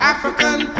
African